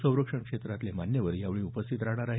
संरक्षण क्षेत्रातले मान्यवर यावेळी उपस्थित राहणार आहेत